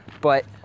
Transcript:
but-